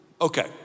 Okay